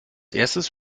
erstes